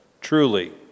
truly